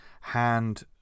hand